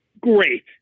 great